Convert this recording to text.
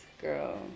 girl